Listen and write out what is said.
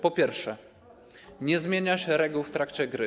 Po pierwsze, nie zmienia się reguł w trakcie gry.